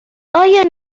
آیا